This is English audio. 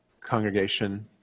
congregation